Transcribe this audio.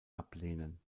ablehnen